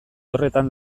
horretan